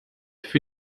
für